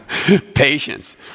Patience